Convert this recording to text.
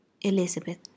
Elizabeth